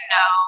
no